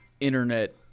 internet